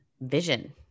vision